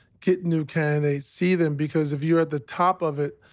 get new candidates, see them. because if you're at the top of it,